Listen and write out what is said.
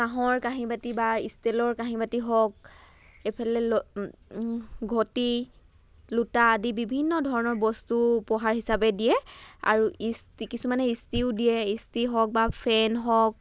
কাঁহৰ কাঁহি বাতি বা ষ্টিলৰ কাঁহি বাতি হওক এইফালে ঘটি লোটা আদি বিভিন্ন ধৰণৰ বস্তু উপহাৰ হিচাপে দিয়ে আৰু কিছুমানে ইষ্ট্ৰিও দিয়ে ইষ্ট্ৰি হওক বা ফেন হওক